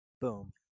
Boom